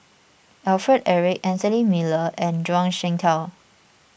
Alfred Eric Anthony Miller and Zhuang Shengtao